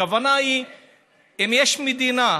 הכוונה היא שאם יש מדינה,